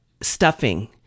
stuffing